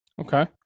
Okay